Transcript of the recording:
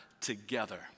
together